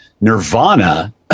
Nirvana